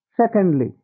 secondly